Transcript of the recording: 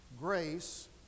grace